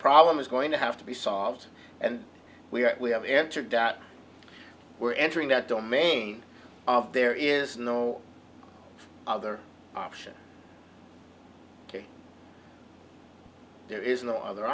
problem is going to have to be solved and we are we have entered that we're entering that domain of there is no other option there is no other